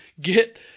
get